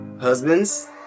husbands